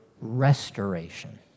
restoration